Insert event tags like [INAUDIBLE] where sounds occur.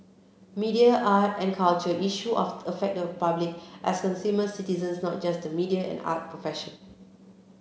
media art and culture issue [UNINTELLIGIBLE] affect the public as consumers and citizens not just the media and arts profession